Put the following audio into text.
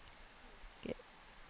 yeah